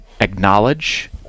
acknowledge